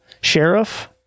sheriff